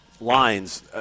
lines